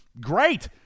great